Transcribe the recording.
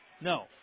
No